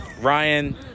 Ryan